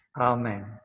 Amen